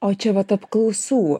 o čia vat apklausų